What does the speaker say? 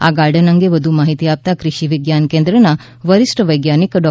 આ ગાર્ડન અંગે વધુ માહિતી આપતા કૃષિ વિજ્ઞાન કેન્દ્રના વરિષ્ઠ વૈજ્ઞાનિક ડો